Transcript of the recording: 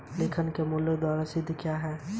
लेखांकन के मूल सिद्धांत क्या हैं?